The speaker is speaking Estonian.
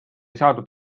saadud